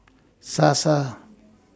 Sasa